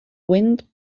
wind